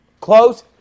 close